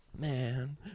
man